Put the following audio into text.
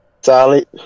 solid